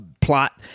plot